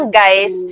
guys